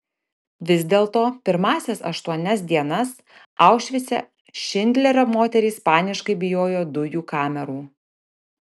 vis dėlto pirmąsias aštuonias dienas aušvice šindlerio moterys paniškai bijojo dujų kamerų